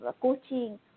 coaching